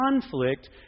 conflict